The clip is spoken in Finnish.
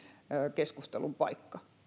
keskustelun paikka